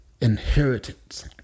inheritance